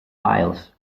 files